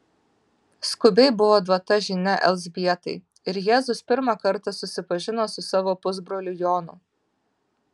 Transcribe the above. skubiai buvo duota žinia elzbietai ir jėzus pirmą kartą susipažino su savo pusbroliu jonu